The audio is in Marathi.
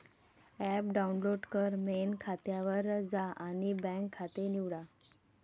ॲप डाउनलोड कर, मेन खात्यावर जा आणि बँक खाते निवडा